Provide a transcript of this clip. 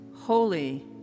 holy